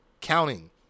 Counting